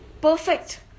perfect